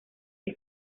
que